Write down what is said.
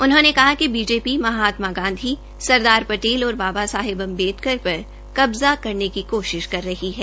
उन्होंने कहा कि बीजेपी महात्मा गांधी सरदार पटेल और बाबा साहेब अम्बेडकर पर कब्जा करने की कोशिश कर रही है